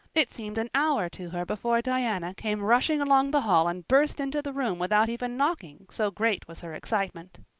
it seemed an hour to her before diana came rushing along the hall and burst into the room without even knocking, so great was her excitement.